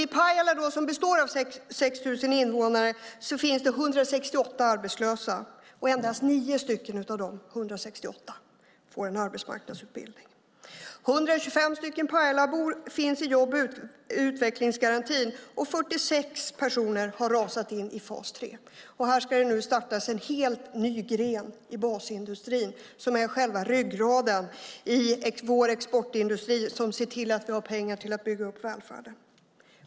I Pajala, som består av 6 000 invånare, finns det 168 arbetslösa. Endast 9 av de 168 får en arbetsmarknadsutbildning. 125 Pajalabor finns i jobb och utvecklingsgarantin och 46 personer har rasat in i fas 3. Här ska det nu startas en helt ny gren i basindustrin som är själva ryggraden i vår exportindustri, som ser till att vi har pengar till att bygga upp välfärden.